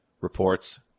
reports